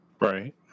right